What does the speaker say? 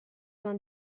vingt